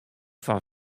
fan